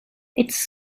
its